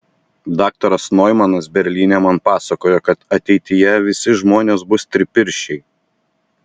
daktaras noimanas berlyne man pasakojo kad ateityje visi žmonės bus tripirščiai